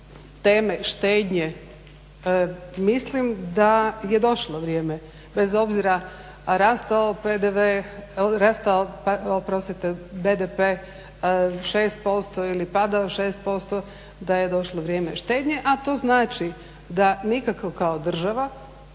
teme štednje mislim da je došlo vrijeme bez obzira rastao PDV, rastao oprostite BDP 6% ili padao 6% da je došlo vrijeme štednje, a to znači da nikako kao država